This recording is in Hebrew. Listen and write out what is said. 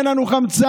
אין לנו חמצן.